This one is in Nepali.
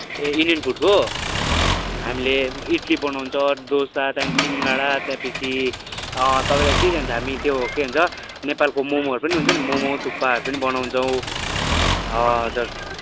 ए इन्डियन फुडको हामीले इटली बनाउँछ डोसा त्यहाँदेखि सिँगडा त्यहाँपछि तपाईँलाई के के हुन्छ हामी त्यो के भन्छ नेपालको मोमोहरू पनि हुन्छ नि मोमो थुक्पाहरू पनि बनाउछौँ हजुर